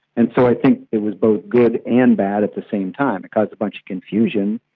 and so i think it was both good and bad at the same time. it caused a bunch of confusion,